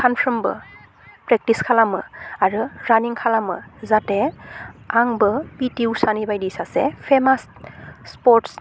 सानफ्रोमबो प्रेक्टिस खालामो आरो रानिं खालामो जाहाथे आंबो पिटि उसानि बायदि फेमास स्पर्त्स